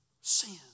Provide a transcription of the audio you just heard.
sin